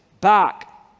back